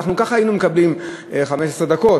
ככה היינו מקבלים 15 דקות,